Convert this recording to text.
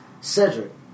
Cedric